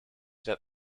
that